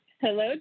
Hello